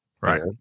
Right